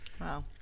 Wow